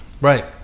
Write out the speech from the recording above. right